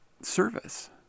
service